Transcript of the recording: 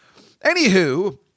Anywho